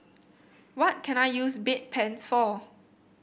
what can I use Bedpans for